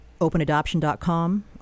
openadoption.com